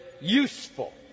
useful